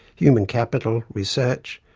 human capital, research,